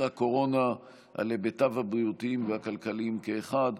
הקורונה על היבטיו הבריאותיים והכלכליים כאחד,